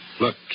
Look